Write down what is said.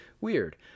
Weird